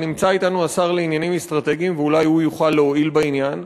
אבל נמצא אתנו השר לעניינים אסטרטגיים ואולי הוא יוכל להועיל בעניין.